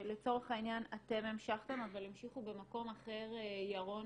שלצורך העניין אתם המשכתם אבל המשיכו במקום אחר ירון